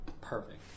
perfect